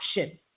action